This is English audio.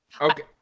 Okay